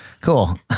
Cool